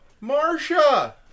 Marcia